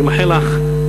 אני מאחל לך,